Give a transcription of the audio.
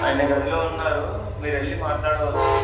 ఆయన గదిలో ఉన్నారు మీరు వెళ్లి మాట్లాడవచ్చు